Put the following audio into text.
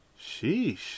Sheesh